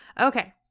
Okay